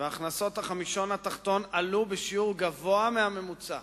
והכנסות החמישון התחתון עלו בשיעור גבוה מהממוצע,